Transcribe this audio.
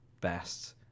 best